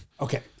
Okay